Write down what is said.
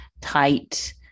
tight